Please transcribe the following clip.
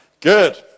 Good